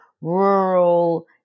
rural